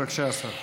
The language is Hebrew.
בבקשה, השר.